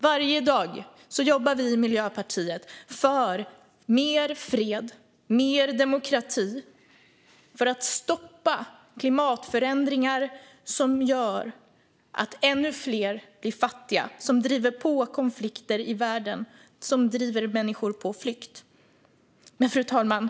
Varje dag jobbar Miljöpartiet för mer fred och mer demokrati och för att stoppa klimatförändringar, som gör att ännu fler blir fattiga, driver på konflikter i världen och driver människor på flykt. Fru talman!